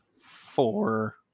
four